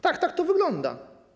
Tak, tak to wygląda.